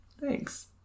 Thanks